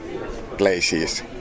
places